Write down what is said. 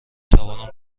توانم